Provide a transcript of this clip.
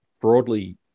broadly